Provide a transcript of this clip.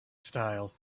style